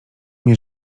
mnie